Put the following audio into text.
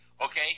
Okay